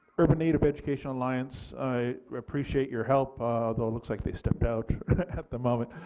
urban need of educational alliance i appreciate your help though it looks like they stepped out at the moment.